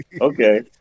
Okay